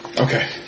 Okay